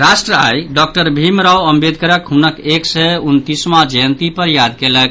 राष्ट्र आइ डॉक्टर भीम राव अम्बेडकरक हुनक एक सय उनतीसवां जयंती पर याद कयलक